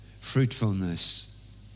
fruitfulness